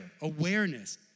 awareness